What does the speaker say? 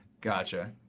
Gotcha